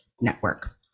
network